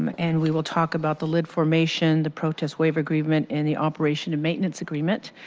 um and we will talk about the lid formation, the protest waiver agreement in the operation and maintenance agreement.